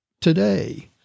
today